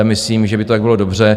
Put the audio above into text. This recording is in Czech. Myslím, že by to tak bylo dobře.